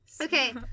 Okay